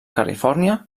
califòrnia